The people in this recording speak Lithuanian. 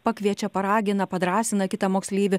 pakviečia paragina padrąsina kitą moksleivį